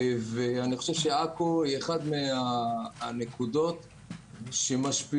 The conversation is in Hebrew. אני חושב שעכו היא אחת הנקודות שמשפיעות,